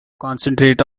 concentrate